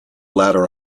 ladder